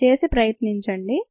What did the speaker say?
దయచేసి ప్రయత్నించండి